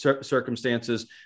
circumstances